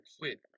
quit